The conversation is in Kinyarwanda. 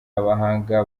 abahanga